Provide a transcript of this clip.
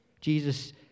Jesus